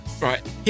Right